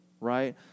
right